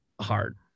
hard